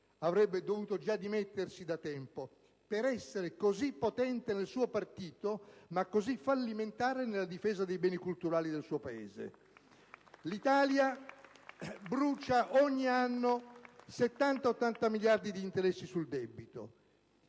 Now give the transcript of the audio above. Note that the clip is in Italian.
avrebbe dovuto già dimettersi da tempo, per essere così potente nel suo partito, ma così fallimentare nella difesa dei beni culturali del suo Paese. *(Applausi dal Gruppo* *PD)*. L'Italia brucia ogni anno 70-80 miliardi di interessi sul debito